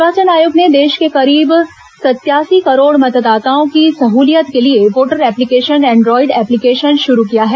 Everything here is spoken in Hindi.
निर्वाचन आयोग ने देश के करीब सतयासी करोड़ मतदाताओं की सहूलियत के लिए वोटर हेल्पलाइन एंड्रायड एप्लीकेशन शुरू किया है